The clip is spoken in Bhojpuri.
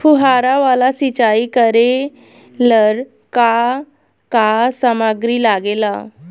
फ़ुहारा वाला सिचाई करे लर का का समाग्री लागे ला?